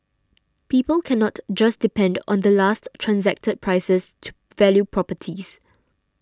people cannot just depend on the last transacted prices to value properties